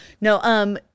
no